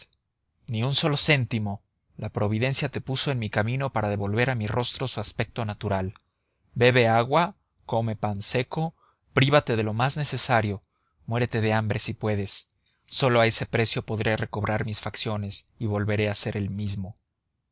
ni un solo céntimo la providencia te puso en mi camino para devolver a mi rostro su aspecto natural bebe agua come pan seco prívate de lo más necesario muérete de hambre si puedes sólo a ese precio podré recobrar mis facciones y volveré a ser el mismo